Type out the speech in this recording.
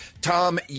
Tom